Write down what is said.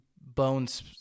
Bones